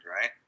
right